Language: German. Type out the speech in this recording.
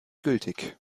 gültig